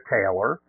Taylor